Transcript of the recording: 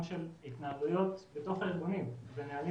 גם של התנהגויות בתוך הארגונים ונהלים